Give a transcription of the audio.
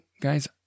guys